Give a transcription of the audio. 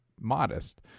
modest